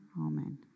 amen